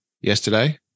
yesterday